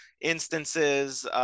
instances